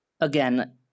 again